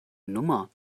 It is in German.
nummer